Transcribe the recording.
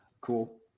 Cool